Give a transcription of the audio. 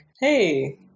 hey